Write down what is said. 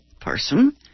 person